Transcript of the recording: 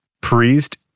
Priest